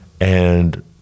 And-